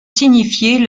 signifier